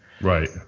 right